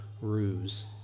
ruse